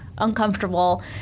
uncomfortable